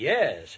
Yes